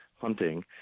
hunting